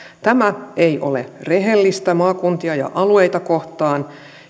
tämä ei ole rehellistä maakuntia ja alueita kohtaan